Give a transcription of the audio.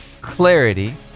clarity